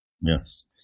Yes